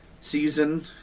season